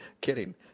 kidding